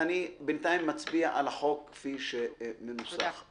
בינתיים אני מצביע על הצעת החוק כפי שהיא מנוסחת.